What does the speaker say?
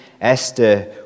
Esther